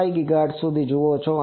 5 GHz જુઓ છો